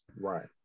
Right